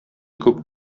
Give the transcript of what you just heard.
күп